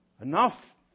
Enough